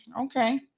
Okay